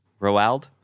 Roald